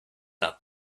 not